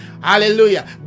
Hallelujah